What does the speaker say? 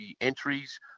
entries